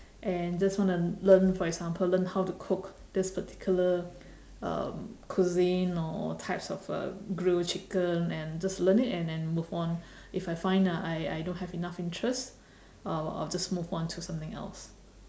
and just want to learn for example learn how to cook this particular um cuisine or or types of uh grilled chicken and just learn it and then move on if I find uh I I don't have enough interest I I'll just move on to something else